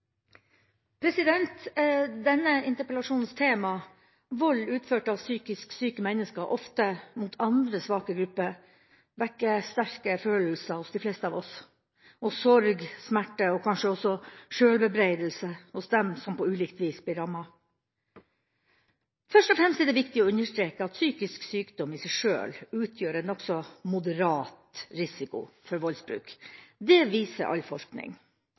Denne interpellasjonens tema, vold utført av psykisk syke mennesker, ofte mot andre svake grupper, vekker sterke følelser hos de fleste av oss – og sorg, smerte og kanskje også sjølbebreidelse hos dem som på ulikt vis blir rammet. Først og fremst er det viktig å understreke at psykisk sykdom i seg sjøl utgjør en nokså moderat risiko for voldsbruk. Det viser all forskning.